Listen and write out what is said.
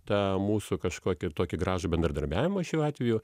tą mūsų kažkokį tokį gražų bendradarbiavimą šiuo atveju